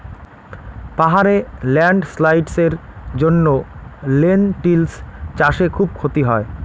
পাহাড়ে ল্যান্ডস্লাইডস্ এর জন্য লেনটিল্স চাষে খুব ক্ষতি হয়